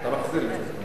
לא, אתה מחזיר לי את זה.